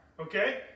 Okay